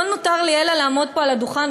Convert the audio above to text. לא נותר לי אלא לעמוד פה על הדוכן,